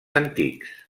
antics